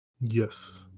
Yes